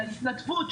של ההתנדבות,